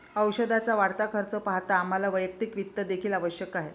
औषधाचा वाढता खर्च पाहता आम्हाला वैयक्तिक वित्त देखील आवश्यक आहे